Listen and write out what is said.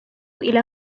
إلى